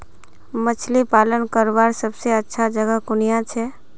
मछली पालन करवार सबसे अच्छा जगह कुनियाँ छे?